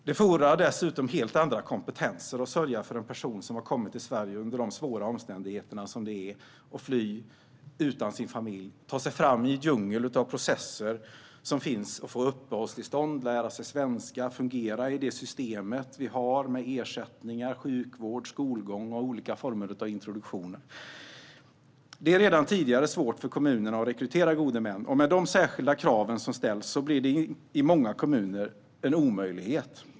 Det fordrar dessutom helt andra kompetenser att sörja för en person som har kommit till Sverige under de svåra omständigheter det innebär att fly utan sin familj och ta sig fram i en djungel av processer för att få uppehållstillstånd, lära sig svenska och fungera i det system vi har med ersättningar, sjukvård, skolgång och olika former av introduktioner. Det är redan tidigare svårt för kommunerna att rekrytera gode män, och med de särskilda krav som ställs blir det i många kommuner en omöjlighet.